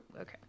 Okay